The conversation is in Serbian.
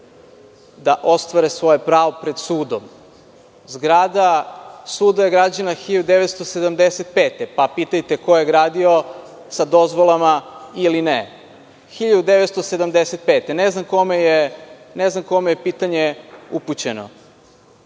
da ostvare svoje pravo pred sudom. Zgrada suda je građana 1975. godine, pa pitajte ko je gradio sa dozvolama ili ne. Ne znam kome je pitanje upućeno? Nije